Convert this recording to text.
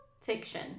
fiction